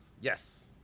yes